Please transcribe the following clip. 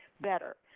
better